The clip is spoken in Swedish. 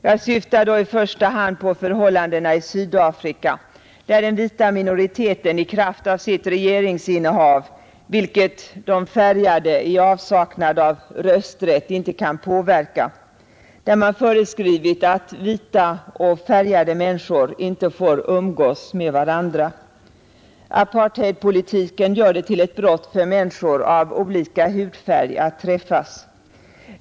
Jag syftar då i första hand på förhållandena i Sydafrika, där den vita minoriteten i kraft av sitt regeringsinnehav — vilket de färgade i avsaknad av rösträtt inte kan påverka — föreskrivit att vita och färgade människor inte får umgås med varandra, Apartheidpolitiken gör det till ett brott för människor av olika hudfärg att träffas.